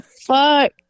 fuck